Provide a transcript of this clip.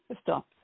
stop